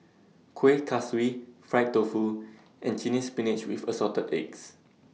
Kuih Kaswi Fried Tofu and Chinese Spinach with Assorted Eggs